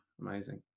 amazing